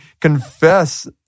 confess